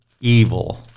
evil